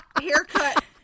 haircut